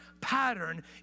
pattern